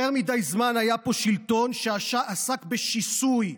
יותר מדי זמן היה פה שלטון שעסק בשיסוי,